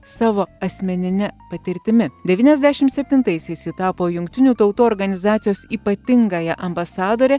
savo asmenine patirtimi devyniasdešim septintaisiais ji tapo jungtinių tautų organizacijos ypatingąja ambasadore